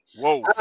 Whoa